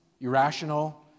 irrational